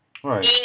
right